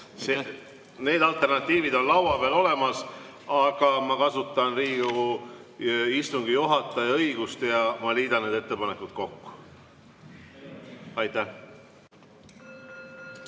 Need alternatiivid on laua peal olemas, aga ma kasutan Riigikogu istungi juhataja õigust ja ma liidan need ettepanekud kokku. Aitäh! Head